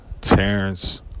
Terrence